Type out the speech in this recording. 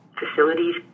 facilities